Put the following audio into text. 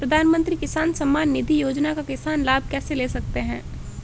प्रधानमंत्री किसान सम्मान निधि योजना का किसान लाभ कैसे ले सकते हैं?